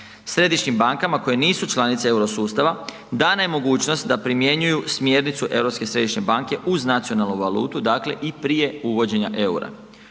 Središnjim bankama koje nisu članice euro sustava, dana je mogućnost da primjenjuju smjernicu Europske središnje banke uz nacionalnu valutu, dakle i prije uvođenja eura.